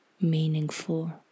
meaningful